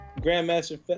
grandmaster